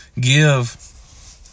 Give